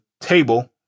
table